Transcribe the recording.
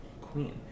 Queen